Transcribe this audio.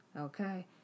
Okay